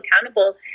accountable